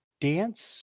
dance